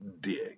dig